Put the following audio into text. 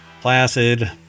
placid